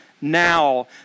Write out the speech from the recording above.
now